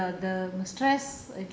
ஆமா உங்களோட:aama ungaloda